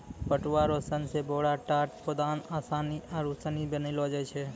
पटुआ रो सन से बोरा, टाट, पौदान, आसनी आरु सनी बनैलो जाय छै